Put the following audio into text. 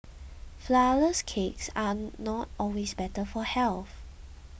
Flourless Cakes are not always better for health